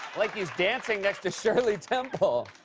like he's dancing next to shirley temple.